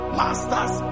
master's